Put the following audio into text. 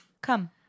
Come